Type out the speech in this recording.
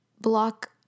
block